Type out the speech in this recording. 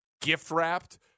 gift-wrapped